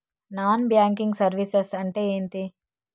Non banking services అంటే ఎంటి?